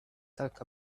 talk